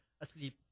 asleep